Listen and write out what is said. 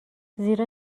زیرا